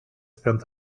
spent